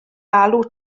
alw